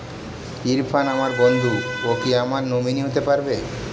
ইরফান আমার বন্ধু ও কি আমার নমিনি হতে পারবে?